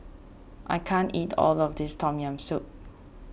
I can't eat all of this Tom Yam Soup